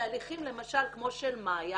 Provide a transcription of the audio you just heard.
בהליכים כמו של מ"פ,